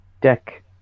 Deck